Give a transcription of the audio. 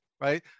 right